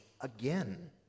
again